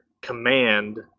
command